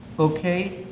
okay,